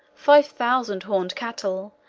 five thousand horned cattle,